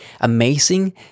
amazing